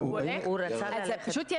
פשוט יש